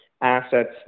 assets